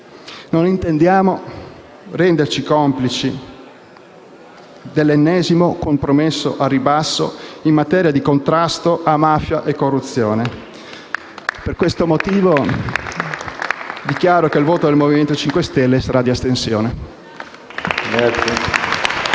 non intendiamo renderci complici dell'ennesimo compromesso al ribasso in materia di contrasto a mafia e corruzione. *(Applausi dal Gruppo M5S)*. Per questo motivo, dichiaro che il voto del Movimento 5 Stelle sarà di astensione.